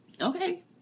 Okay